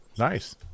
Nice